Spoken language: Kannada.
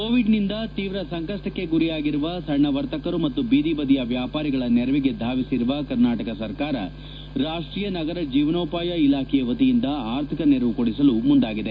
ಕೋವಿಡ್ನಿಂದ ತೀವ್ರ ಸಂಕಷ್ಟಕ್ಷೆ ಗುರಿಯಾಗಿರುವ ಸಣ್ಣ ವರ್ತಕರು ಮತ್ತು ಬೀದಿಬದಿಯ ವ್ಯಾಪಾರಿಗಳ ನೆರವಿಗೆ ಧಾವಿಸಿರುವ ಕರ್ನಾಟಕ ಸರಕಾರ ರಾಷ್ಷೀಯ ನಗರ ಜೀವನೋಪಾಯ ಇಲಾಖೆಯ ವತಿಯಿಂದ ಆರ್ಥಿಕ ನೆರವು ಕೊಡಿಸಲು ಮುಂದಾಗಿದೆ